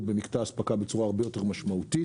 במקטע האספקה בצורה הרבה יותר משמעותית.